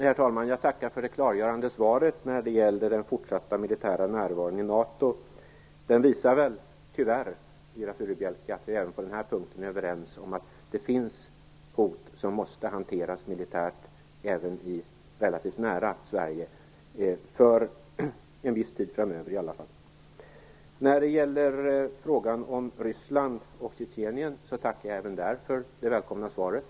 Herr talman! Jag tackar för det klargörande svaret när det gäller den fortsatta militära närvaron av NATO. Den visar, Viola Furubjelke, att vi även på den här punkten är överens om att det tyvärr finns hot relativt nära Sverige för en viss tid framöver i alla fall som måste hanteras militärt. Beträffande frågan och Ryssland och Tjetjenien tackar jag även där för det välkomna svaret.